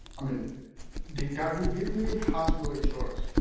i mean the guy who hit me has no insurance.